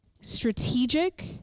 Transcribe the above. strategic